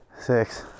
six